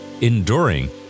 enduring